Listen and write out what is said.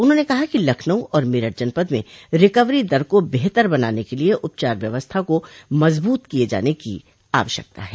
उन्होंने कहा कि लखनऊ और मेरठ जनपद में रिकवरी दर को बेहतर बनाने के लिये उपचार व्यवस्था को मजबूत किये जाने की आवश्यकता है